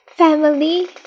Family